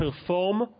perform